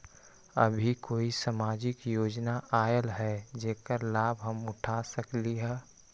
अभी कोई सामाजिक योजना आयल है जेकर लाभ हम उठा सकली ह?